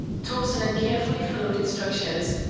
thompson had carefully followed instructions.